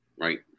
Right